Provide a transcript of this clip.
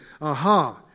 Aha